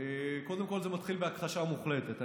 קודם כול, זה מתחיל בהכחשה מוחלטת.